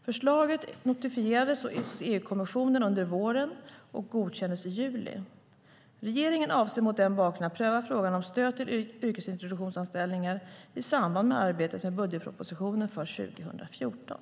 Förslaget notifierades hos EU-kommissionen under våren och godkändes i juli. Regeringen avser mot den bakgrunden att pröva frågan om stöd till yrkesintroduktionsanställningar i samband med arbetet med budgetpropositionen för 2014.